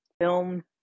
film